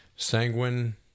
sanguine